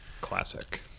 Classic